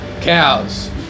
cows